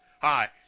Hi